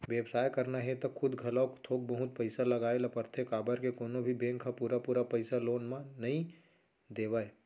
बेवसाय करना हे त खुद घलोक थोक बहुत पइसा लगाए ल परथे काबर के कोनो भी बेंक ह पुरा पुरा पइसा लोन म नइ देवय